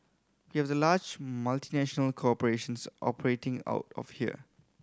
we have the large multinational corporations operating out of here